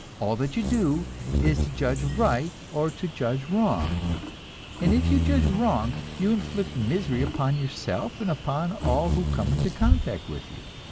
all that you do is to judge right or to judge wrong and if you judge wrong, you inflict misery upon yourself and upon all who come into contact with you.